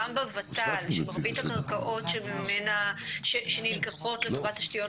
גם בוות"ל שמרבית הקרקעות שנלקחות לטובת תשתיות